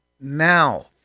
Now